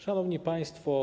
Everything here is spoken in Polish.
Szanowni Państwo!